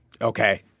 Okay